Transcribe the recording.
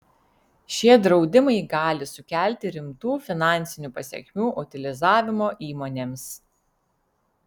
šie draudimai gali sukelti rimtų finansinių pasekmių utilizavimo įmonėms